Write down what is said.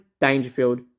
Dangerfield